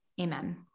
Amen